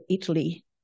Italy